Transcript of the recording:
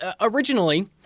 originally